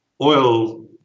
oil